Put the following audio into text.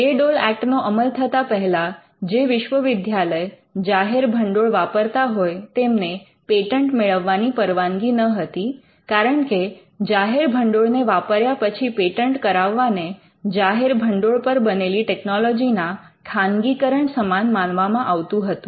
બે Dole Act નો અમલ થતા પહેલા જે વિશ્વવિદ્યાલય જાહેર ભંડોળ વાપરતા હોય તેમને પેટન્ટ મેળવવાની પરવાનગી ન હતી કારણકે જાહેર ભંડોળને વાપર્યા પછી પેટન્ટ કરાવવાને જાહેર ભંડોળ પર બનેલી ટેકનોલોજીના ખાનગીકરણ સમાન માનવામાં આવતું હતું